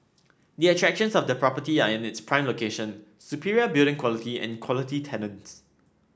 the attractions of the property are its prime location superior building quality and quality tenants